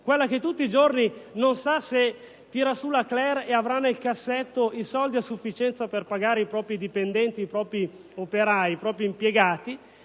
quella che tutti i giorni non sa se tira su la "cler" e avrà nel cassetto i soldi a sufficienza per pagare i propri dipendenti, i propri operai, i propri impiegati.